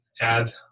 add